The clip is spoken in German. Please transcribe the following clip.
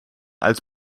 als